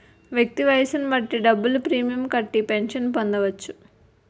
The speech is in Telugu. వ్యక్తి వయస్సును బట్టి డబ్బులు ప్రీమియం కట్టి పెన్షన్ పొందవచ్చు